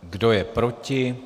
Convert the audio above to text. Kdo je proti?